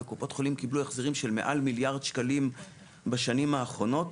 קופות החולים קיבלו החזרים של מעל מיליארד שקלים בשנים האחרונות.